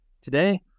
Today